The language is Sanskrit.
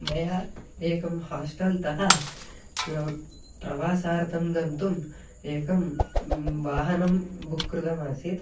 मया एकं हास्टल्तः प्रवासार्थं गन्तुम् एकं वाहनं बुक् कृतमासीत्